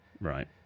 Right